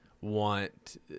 want